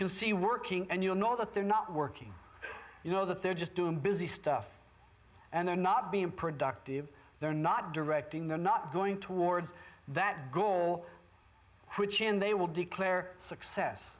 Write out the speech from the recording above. can see working and you know that they're not working you know that they're just doing busy stuff and they're not being productive they're not directing they're not going towards that goal which in they will declare success